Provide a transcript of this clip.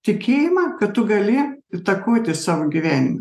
tikėjimą kad tu gali įtakoti savo gyvenimą